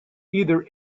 either